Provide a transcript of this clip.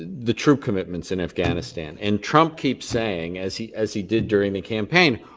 the troop commitments in afghanistan. and trump keeps saying, as he as he did during the campaign,